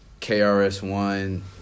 KRS-One